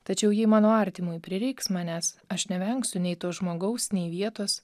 tačiau jei mano artimui prireiks manęs aš nevengsiu nei to žmogaus nei vietos